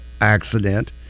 accident